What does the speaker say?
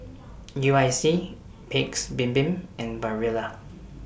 U I C Paik's Bibim and Barilla